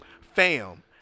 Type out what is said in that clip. Fam